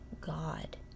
God